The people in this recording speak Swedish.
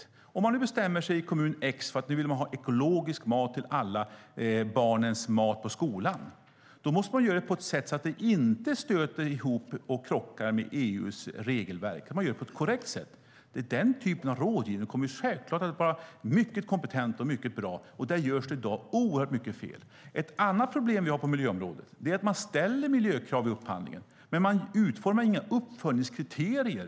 Om kommun X bestämmer sig för att de vill ha ekologisk mat till alla barn i skolan måste de göra det på ett sätt som inte krockar med EU:s regelverk. Det kan göras på ett korrekt sätt. Den typen av rådgivning kommer självklart att vara mycket kompetent och bra. Där görs oerhört mycket fel i dag. Ett annat problem vi har på miljöområdet är att miljökrav ställs vid upphandlingen men att man inte utformar några uppföljningskriterier.